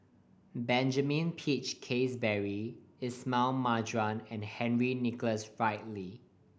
Benjamin Peach Keasberry Ismail Marjan and Henry Nicholas Ridley